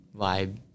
vibe